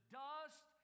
dust